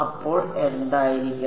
അപ്പോൾ എന്തായിരിക്കണം